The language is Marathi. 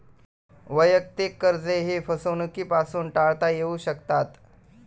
वैयक्तिक कर्जेही फसवणुकीपासून टाळता येऊ शकतात